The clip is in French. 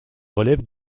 relèvent